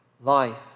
life